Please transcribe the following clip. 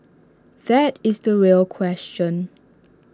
that is the real question